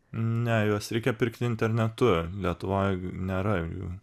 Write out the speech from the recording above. ne juos reikia pirkti internetu lietuvoj nėra jų